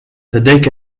لديك